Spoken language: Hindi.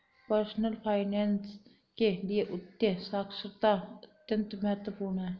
पर्सनल फाइनैन्स के लिए वित्तीय साक्षरता अत्यंत महत्वपूर्ण है